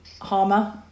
Harmer